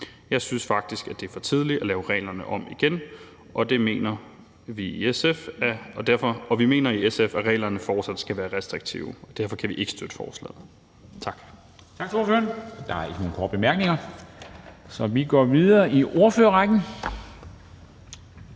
Jeg synes faktisk, at det er for tidligt at lave reglerne om igen, og vi mener i SF, at reglerne fortsat skal være restriktive. Derfor kan vi ikke støtte forslaget. Tak.